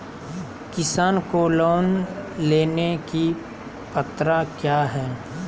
किसान को लोन लेने की पत्रा क्या है?